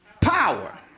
power